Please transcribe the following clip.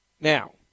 Now